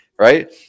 right